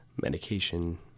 medication